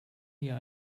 mir